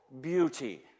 beauty